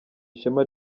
ishema